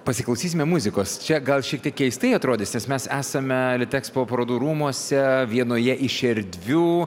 pasiklausysime muzikos čia gal šiek tiek keistai atrodys nes mes esame litexpo parodų rūmuose vienoje iš erdvių